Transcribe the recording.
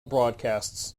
broadcasts